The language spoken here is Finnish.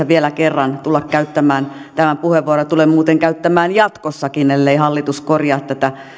vielä kerran tulla käyttämään tämän puheenvuoron ja tulen muuten käyttämään jatkossakin ellei hallitus korjaa tätä